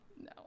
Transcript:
No